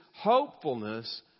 hopefulness